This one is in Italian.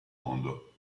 mondo